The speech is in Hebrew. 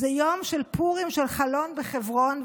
הוא יום של פורים של חלון בחברון,